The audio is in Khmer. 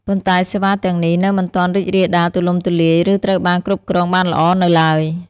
ប៉ុន្តែសេវាទាំងនេះនៅមិនទាន់រីករាលដាលទូលំទូលាយ ឬត្រូវបានគ្រប់គ្រងបានល្អនៅឡើយ។